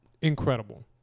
Incredible